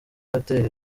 hotel